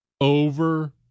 Over